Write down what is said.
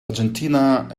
argentina